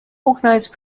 organized